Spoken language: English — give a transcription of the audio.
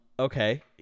Okay